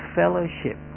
fellowship